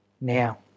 now